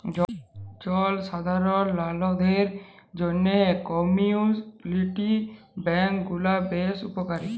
জলসাধারল লকদের জ্যনহে কমিউলিটি ব্যাংক গুলা বেশ উপকারী